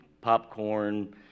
popcorn